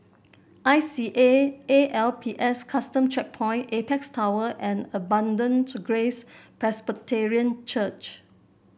I C A A L P S Custom Checkpoint Apex Tower and Abundant Grace Presbyterian Church